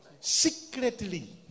Secretly